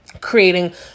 creating